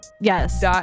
yes